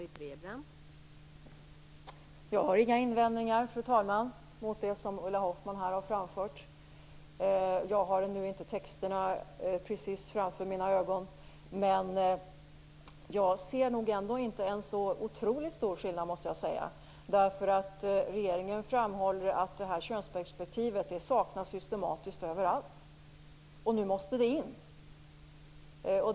Fru talman! Jag har inga invändningar mot det som Ulla Hoffmann här har framfört. Jag har nu inte texterna framför mina ögon, men jag ser nog ändå inte en så otroligt stor skillnad. Regeringen framhåller att könsperspektivet saknas systematiskt överallt. Nu måste det in.